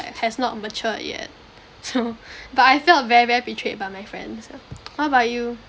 has not matured yet so but I felt very very betrayed by my friends ah what about you